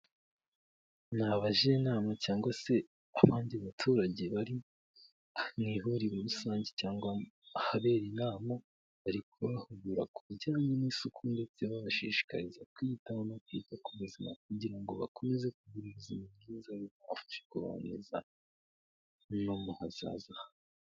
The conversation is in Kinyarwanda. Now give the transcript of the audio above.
Ni abajyenama cyangwa se abandi baturage bari mu ihuriro rusange cyangwa ahabera inama, bari kubahugura ku bijyanye n'isuku ndetse babashishikariza kwiyitaho no kwita ku buzima kugira ngo bakomeze kugira ubuzima bwiza bizabafashe kubaho neza no mu hazaza.